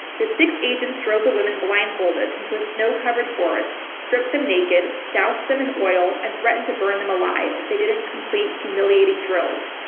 the six agents drove the women blindfolded into a snow covered forest, stripped them naked, doused them in oil and threatened to burn them alive if they didn't complete humiliating drills.